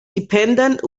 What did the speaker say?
dependent